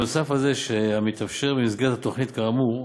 נוסף על זה המתאפשר במסגרת התוכנית כאמור,